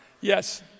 Yes